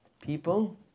people